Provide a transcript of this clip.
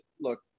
look